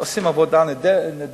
שעושים עבודה נהדרת,